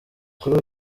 kuri